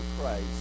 Christ